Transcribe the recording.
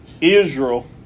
Israel